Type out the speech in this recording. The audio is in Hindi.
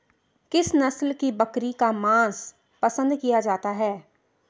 किस नस्ल की बकरी का मांस पसंद किया जाता है?